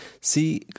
See